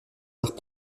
arts